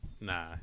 nah